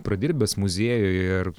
pradirbęs muziejuje ir